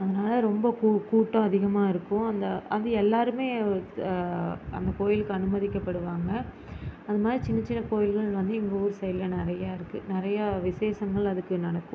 அதனால ரொம்ப கூ கூட்டம் அதிகமாக இருக்கும் அந்த அது எல்லோருமே அந்தக் கோயிலுக்கு அனுமதிக்கப்படுவாங்க அது மாதிரி சின்னச் சின்னக் கோயில்கள் வந்து எங்கள் ஊர் சைடில் நிறையா இருக்குது நிறையா விசேஷங்கள் அதுக்கு நடக்கும்